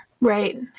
Right